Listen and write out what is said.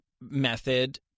method